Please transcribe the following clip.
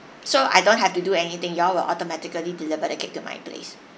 so I don't have to do anything you all will automatically deliver the cake to my place